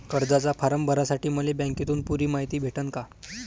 कर्जाचा फारम भरासाठी मले बँकेतून पुरी मायती भेटन का?